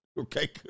okay